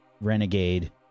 renegade